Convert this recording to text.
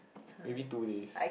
maybe two days